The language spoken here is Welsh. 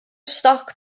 stoc